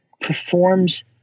performs